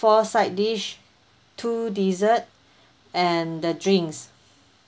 four side dish two dessert and the drinks